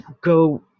go